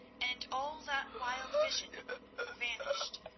and all that wild vision vanished.